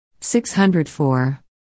604